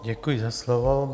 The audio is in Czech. Děkuji za slovo.